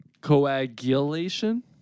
Coagulation